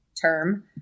term